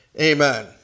amen